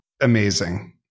amazing